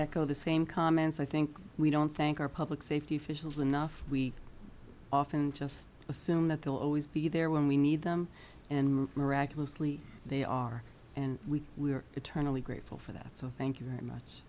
echo the same comments i think we don't thank our public safety officials enough we often just assume that they'll always be there when we need them and miraculously they are and we are eternally grateful for that so thank you very